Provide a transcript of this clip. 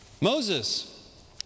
Moses